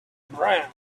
brown